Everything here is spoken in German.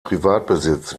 privatbesitz